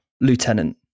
lieutenant